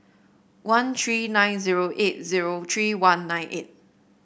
one three nine zero eight zero three one nine eight